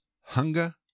hunger